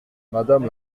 madame